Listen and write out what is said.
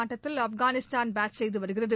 ஆட்டத்தில் ஆப்கானிஸ்தான் பேட் செய்து வருகிறது